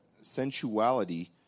sensuality